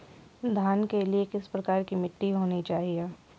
धान के लिए किस प्रकार की मिट्टी होनी चाहिए?